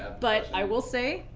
ah but i will say,